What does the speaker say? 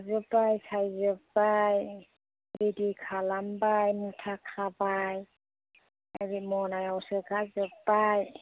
खाजोबबाय सायजोबबाय रेदि खालामबाय मुथा खाबाय ओरै मनायाव सोखाजोबबाय